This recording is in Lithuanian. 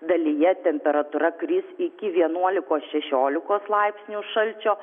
dalyje temperatūra kris iki vienuolikos šešiolikos laipsnių šalčio